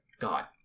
god